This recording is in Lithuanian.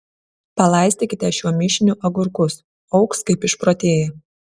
palaistykite šiuo mišiniu agurkus augs kaip išprotėję